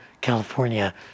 California